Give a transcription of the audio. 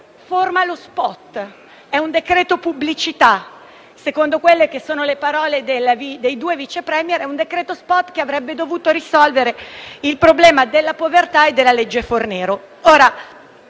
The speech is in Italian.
forma lo *spot*; è un decreto pubblicità. Secondo le parole dei due Vice *Premier*, è un decreto *spot* che avrebbe dovuto risolvere il problema della povertà e della legge Fornero.